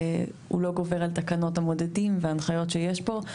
הוא לא גובר על תקנות המודדים והנחיות שיש פה.